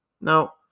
Now